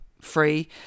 free